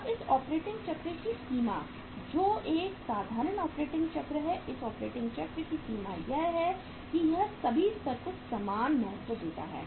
अब इस ऑपरेटिंग चक्र की सीमा जो एक साधारण ऑपरेटिंग चक्र है इस ऑपरेटिंग चक्र की सीमा यह है कि यह सभी स्तर को समान महत्व देता है